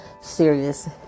serious